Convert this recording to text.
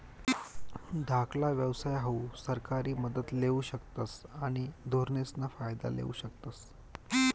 धाकला व्यवसाय हाऊ सरकारी मदत लेवू शकतस आणि धोरणेसना फायदा लेवू शकतस